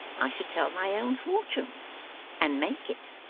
i should tell my own fortune and make it